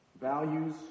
Values